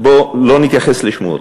ובוא לא נתייחס לשמועות.